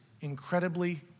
incredibly